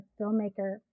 filmmaker